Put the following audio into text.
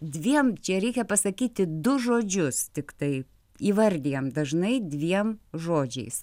dviem čia reikia pasakyti du žodžius tiktai įvardijam dažnai dviem žodžiais